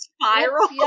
spiral